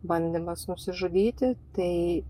bandymas nusižudyti tai